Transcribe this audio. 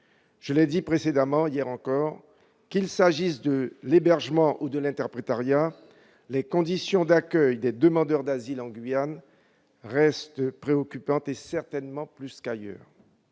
je l'ai fait remarquer hier encore, qu'il s'agisse de l'hébergement ou de l'interprétariat, les conditions d'accueil des demandeurs d'asile en Guyane restent préoccupantes, certainement plus qu'ailleurs.